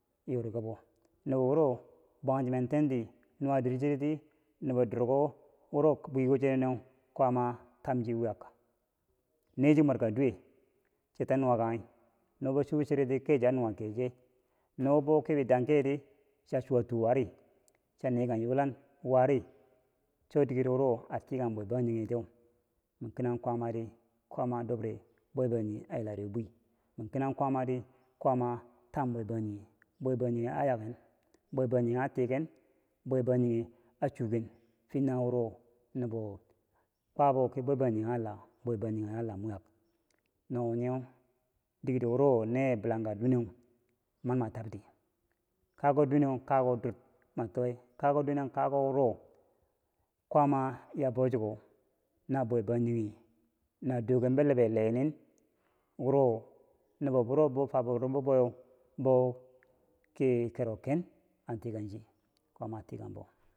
yori kabo nubo buro bwangchimententi nuwa dir cheroti nubo durko wuro bwiko che nineu kwaama a tam chi wuyak nechi mwerkanka duwek chita nuwa kanghi no bo chobi chori keche a nuwa keche no wo bau ki dankendi chiya chuwatoo wari chiya nekang yulan wari cho dikeri wuro a tikang bwebangjinghe tiyeu ma kinong kwaama ti kwaama a dobre bwebangjinghe a yilare bwi mi kinong kwaama ti, kwaama tam bwebangjinghe, bwebangjinghe, a yaken bwebagjinghe a tiken bwebangjinghe a chuken fintanghe nawuro nubo kwabo kii bwebangjinghe a la bwebangjinghe a lam wuyak na wo nyeu dikero wuro neye bilangka duweneu ma ma tabti kakuko duweneu kakuko dur mito kakuko duweneu kakuko wuro kwaama yabau chiko na bwebangjinghe na doken bilibe lee nin wuro nubo buro bou fabubowo ki bibouweu bouki kero ken an tikangchi, kwaama atikang bo.